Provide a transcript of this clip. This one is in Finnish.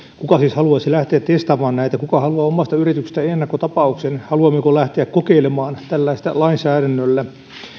kuka siis haluaisi lähteä testaamaan näitä kuka haluaa omasta yrityksestään ennakkotapauksen haluammeko lähteä kokeilemaan tällaista lainsäädännöllä